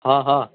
ہاں ہاں